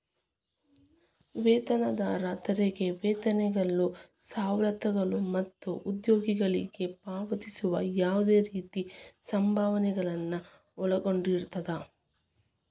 ವೇತನದಾರ ತೆರಿಗೆ ವೇತನಗಳು ಸವಲತ್ತುಗಳು ಮತ್ತ ಉದ್ಯೋಗಿಗಳಿಗೆ ಪಾವತಿಸುವ ಯಾವ್ದ್ ರೇತಿ ಸಂಭಾವನೆಗಳನ್ನ ಒಳಗೊಂಡಿರ್ತದ